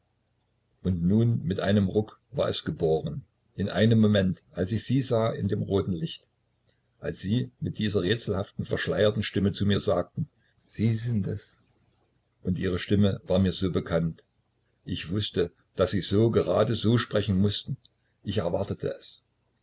und nun mit einem ruck war es geboren in einem moment als ich sie sah in dem roten licht als sie mit dieser rätselhaften verschleierten stimme zu mir sagten sie sind es und ihre stimme war mir so bekannt ich wußte daß sie so gerade so sprechen mußten ich erwartete es